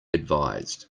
advised